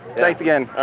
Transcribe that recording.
thanks again.